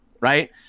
right